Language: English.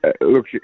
look